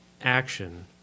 action